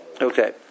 Okay